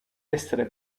essere